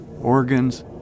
organs